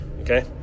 Okay